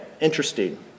Interesting